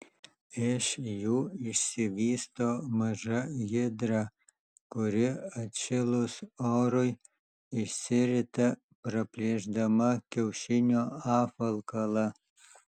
iš jų išsivysto maža hidra kuri atšilus orui išsirita praplėšdama kiaušinio apvalkalą